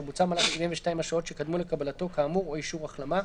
בוצעה במהלך 72 השעות שקדמו לקבלתו כאמור או אישור החלמה.